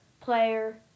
player